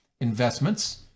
investments